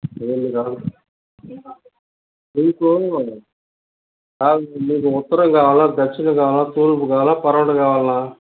లేదులే రాదులే three floors madam మీకు ఉత్తరం కావాలా దక్షిణం కావాలా తూర్పు కావాలా పడమట కావాల్నా